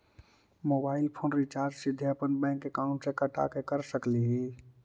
Mobile phone recharge सीधे अपन bank account से कटा के कर सकली ही?